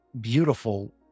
beautiful